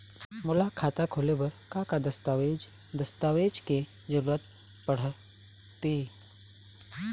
मोला खाता खोले बर का का दस्तावेज दस्तावेज के जरूरत पढ़ते?